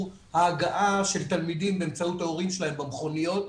ההגעה של תלמידים באמצעות ההורים שלהם במכוניות,